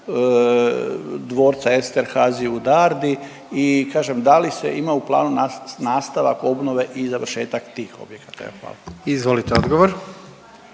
Dvorca Esterhazy u Dardi i kažem, da li se ima u planu nastavak obnove i završetak tih objekata? Evo, hvala.